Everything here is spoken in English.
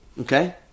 okay